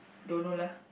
don't know lah